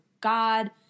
God